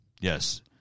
Yes